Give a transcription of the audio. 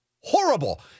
horrible